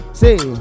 say